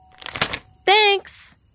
Thanks